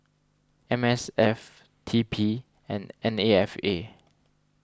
M S F T P and N A F A